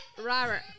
Robert